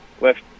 left